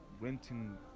renting